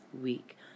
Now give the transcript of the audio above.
week